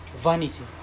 vanity